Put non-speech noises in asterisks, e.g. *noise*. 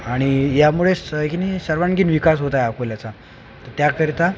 आणि यामुळे *unintelligible* सर्वांगीण विकास होत आहे अकोल्याचा त्याकरिता